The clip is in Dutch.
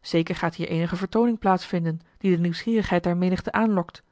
zeker gaat hier eenige vertooning plaats vinden die de nieuwsgierigheid der menigte aanlokt